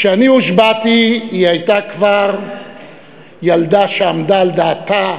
כשאני הושבעתי היא הייתה כבר ילדה שעמדה על דעתה,